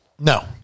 No